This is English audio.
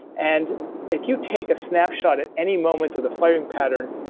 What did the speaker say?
and if you take a snapshot at any moment of the firing pattern,